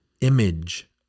image